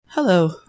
Hello